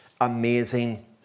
amazing